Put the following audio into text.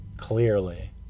clearly